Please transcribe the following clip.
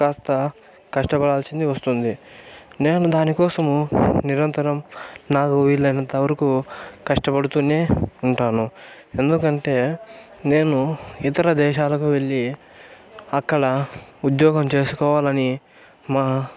కాస్త కష్టపడాల్సింది వస్తుంది నేను దానికోసము నిరంతరం నాకు వీలైనంత వరకు కష్టపడుతూనే ఉంటాను ఎందుకంటే నేను ఇతర దేశాలకు వెళ్ళి అక్కడ ఉద్యోగం చేసుకోవాలని మా